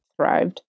thrived